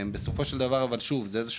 בסופו של דבר זה תהליך.